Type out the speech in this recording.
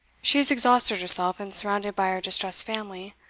she is exhausted herself, and surrounded by her distressed family.